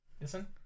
Listen